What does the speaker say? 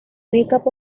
makeup